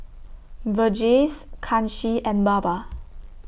Verghese Kanshi and Baba